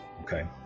okay